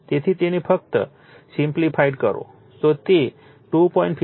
તેથી તેને ફક્ત સિમ્પ્લિફાઇ કરો તો તે 2